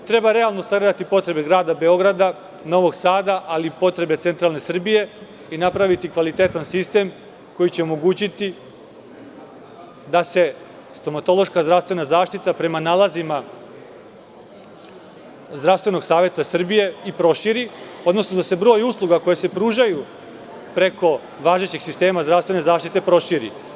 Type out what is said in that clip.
Treba realno sagledati potrebe Grada Beograda, Novog Sada, ali i potrebe centralne Srbije i napraviti kvalitetan sistem koji će omogućiti da se stomatološka zdravstvena zaštita, prema nalazima Zdravstvenog saveta Srbije i proširi, odnosno da se broj usluga koje se pružaju preko važećeg sistema zdravstvene zaštite proširi.